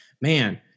man